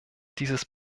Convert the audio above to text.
dieses